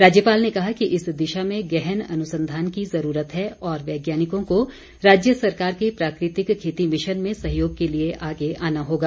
राज्यपाल ने कहा कि इस दिशा में गहन अनुसंधान की जरूरत है और वैज्ञानिकों को राज्य सरकार के प्राकृतिक खेती मिशन में सहयोग के लिए आगे आना होगा